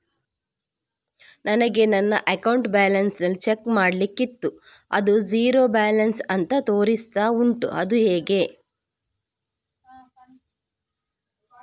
ನನಗೆ ನನ್ನ account balance check ಮಾಡ್ಲಿಕ್ಕಿತ್ತು ಅದು ಝೀರೋ ಬ್ಯಾಲೆನ್ಸ್ ಅಂತ ತೋರಿಸ್ತಾ ಉಂಟು ಅದು ಹೇಗೆ?